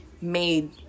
made